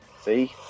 See